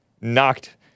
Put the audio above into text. knocked